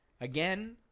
again